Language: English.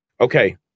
okay